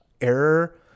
error